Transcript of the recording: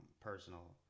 personal